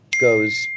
goes